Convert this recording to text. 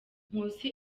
nkusi